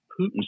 Putin's